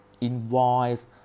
invoice